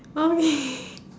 oh really